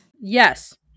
Yes